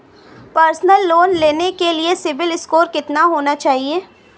Personal loan लेने के लिए सिबिल स्कोर कितना होना चाहिए?